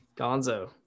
Gonzo